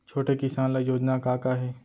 छोटे किसान ल योजना का का हे?